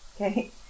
Okay